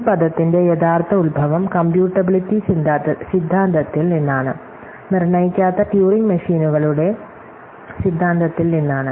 ഈ പദത്തിന്റെ യഥാർത്ഥ ഉത്ഭവം കമ്പ്യൂട്ടിബിലിറ്റി സിദ്ധാന്തത്തിൽ നിന്നാണ് നിർണ്ണയിക്കാത്ത ട്യൂറിംഗ് മെഷീനുകളുടെ സിദ്ധാന്തത്തിൽ നിന്നാണ്